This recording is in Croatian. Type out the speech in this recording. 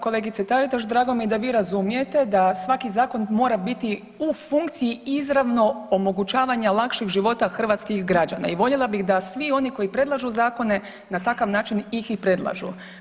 Kolegice Taritaš, drago mi je da vi razumijete da svaki zakon mora biti u funkciji izravnog omogućavanja lakšeg života hrvatskih građana i voljela bih da svi oni koji predlažu zakone na takav način ih i predlažu.